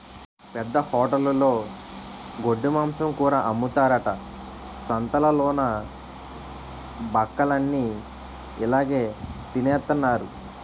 పెద్ద హోటలులో గొడ్డుమాంసం కూర అమ్ముతారట సంతాలలోన బక్కలన్ని ఇలాగె తినెత్తన్నారు